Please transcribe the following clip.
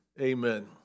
Amen